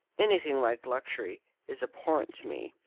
anything like luxury is abhorrent to me.